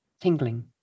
tingling